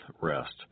rest